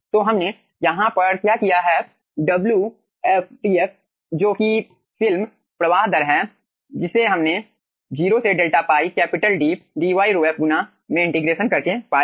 तो हमने यहाँ पर क्या किया है wfF जो कि फिल्म प्रवाह दर है जिसे हमने 0 से delta π capital D dy ρf गुना में इंटीग्रेशन करके पाया है